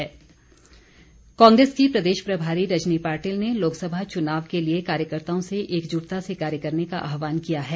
कांग्रेस कांग्रेस की प्रदेश प्रभारी रजनी पाटिल ने लोकसभा चुनाव के लिए कार्यकर्ताओं से एकजुटता से कार्य करने का आहवान किया है